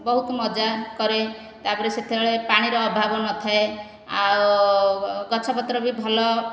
ବହୁତ ମଜା କରେ ତାପରେ ସେତବେଳେ ପାଣିର ଅଭାବ ନ ଥାଏ ଆଉ ଗଛ ପତ୍ର ବି ଭଲ